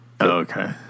Okay